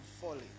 falling